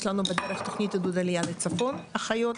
יש לנו בדרך תוכנית עידוד עלייה לצפון אחיות,